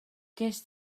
gest